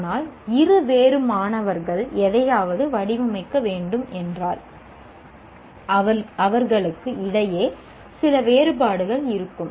ஆனால் இரு வேறு மாணவர்கள் எதையாவது வடிவமைக்க வேண்டும் என்றால் அவர்களுக்கு இடையே சில வேறுபாடுகள் இருக்கும்